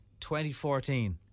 2014